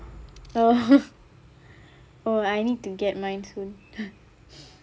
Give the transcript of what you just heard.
oh oh I need to get mine soon